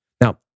Now